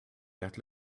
that